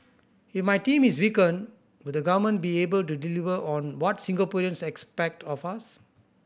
if my team is weakened would the government be able to deliver on what Singaporeans expect of us